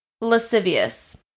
Lascivious